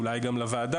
ואולי גם לוועדה,